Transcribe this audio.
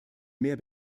mehr